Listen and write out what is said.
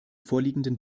vorliegenden